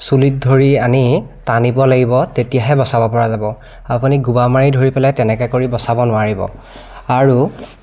চুলিত ধৰি আনি টানিব লাগিব তেতিয়াহে বচাব পৰা যাব আপুনি গবা মাৰি ধৰি পেলাই তেনেকৈ কৰি বচাব নোৱাৰিব আৰু